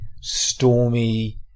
stormy